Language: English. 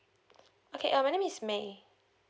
okay uh my name is may